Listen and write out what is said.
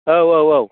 औ औ औ